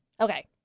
Okay